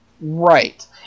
Right